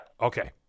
Okay